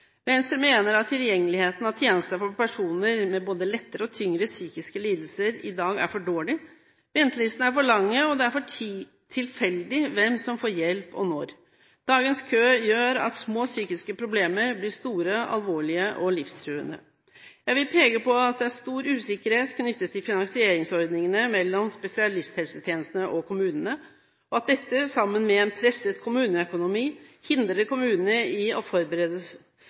Venstre mener at tilgjengeligheten av tjenester for personer med både lettere og tyngre psykiske lidelser i dag er for dårlig. Ventelistene er for lange, og det er tilfeldig hvem som får hjelp, og når. Dagens kø gjør at små psykiske problemer blir store, alvorlige og livstruende. Jeg vil peke på at det er stor usikkerhet knyttet til finansieringsordningene mellom spesialisthelsetjenestene og kommunene, og at dette sammen med en presset kommuneøkonomi hindrer kommunene i å forberede seg